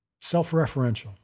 Self-referential